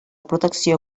protecció